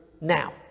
now